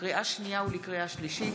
לקריאה שנייה ולקריאה שלישית: